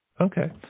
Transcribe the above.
Okay